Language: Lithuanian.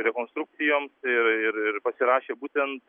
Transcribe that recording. rekonstrukcijoms ir ir ir pasirašė būtent